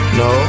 no